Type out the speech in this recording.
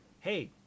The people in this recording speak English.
hey